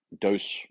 dose